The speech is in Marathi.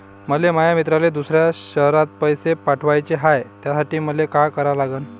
मले माया मित्राले दुसऱ्या शयरात पैसे पाठवाचे हाय, त्यासाठी मले का करा लागन?